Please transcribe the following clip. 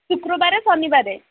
ଶୁକ୍ରବାରରେ ଶନିବାରରେ